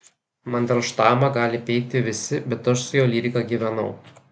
mandelštamą gali peikti visi bet aš su jo lyrika gyvenau